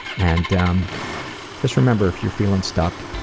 and um just remember if you're feeling stuck